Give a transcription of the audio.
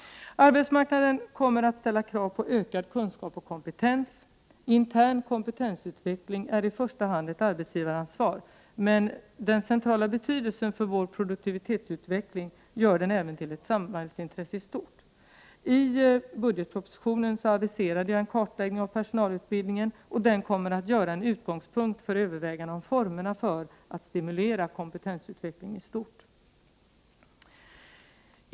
Arbetsmarknaden kommer att ställa krav på ökad kunskap och kompetens. Intern kompetensutveckling är i första hand ett arbetsgivaransvar, men den centrala betydelsen för produktivitetsutvecklingen gör att den även är ett samhällsintresse i stort. I budgetpropositionen aviserade jag en kartläggning av personalutbildningen. Den kommer att utgöra utgångspunkten för övervägandena av formerna för att stimulera kompetensutvecklingen i stort.